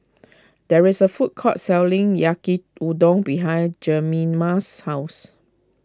there is a food court selling Yaki Udon behind Jemima's house